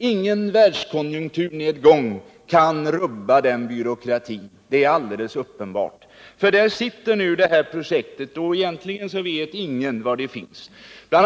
Ingen världskonjunkturnedgång kan rubba den byråkratin, det är alldeles uppenbart. Där har nu det här projektet fastnat, och egentligen vet ingen var det finns. Bl.